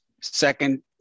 Second